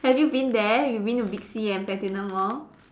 have you been there you've been to Big C and Platinum Mall